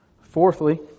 Fourthly